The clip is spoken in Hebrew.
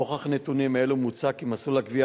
נוכח נתונים אלו מוצע כי מסלול הגבייה